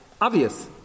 obvious